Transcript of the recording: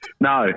No